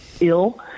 ill